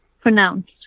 pronounced